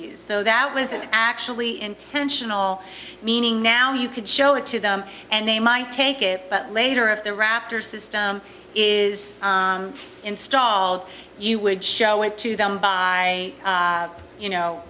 you so that wasn't actually intentional meaning now you could show it to them and they might take it later if the raptors system is installed you would show it to them by you know